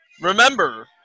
Remember